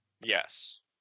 Yes